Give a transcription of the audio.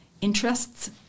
interests